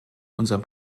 unserem